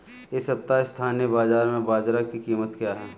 इस सप्ताह स्थानीय बाज़ार में बाजरा की कीमत क्या है?